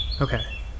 Okay